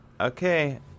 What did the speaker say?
okay